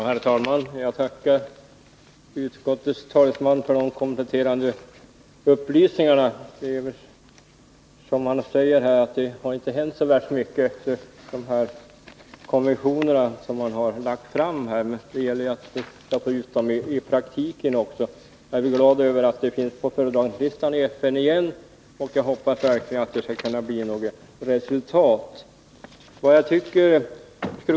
Herr talman! Jag tackar utskottets talesman för de kompletterande upplysningarna. Som han säger har det inte hänt så mycket i vad gäller de resolutioner som lagts fram. Sedan gäller det också att få dem att tillämpas i praktiken. Jag är ändå glad över att ärendet igen finns på föredragningslistan i FN, och jag hoppas verkligen att det skall bli något resultat.